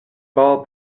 ball